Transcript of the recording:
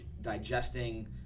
digesting